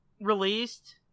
released